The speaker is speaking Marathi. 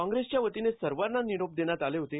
काँग्रेसच्या वतीने सर्वांना निरोप देण्यात आले होते